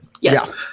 Yes